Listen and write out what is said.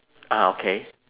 ah okay